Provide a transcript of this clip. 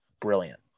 brilliant